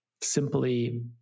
simply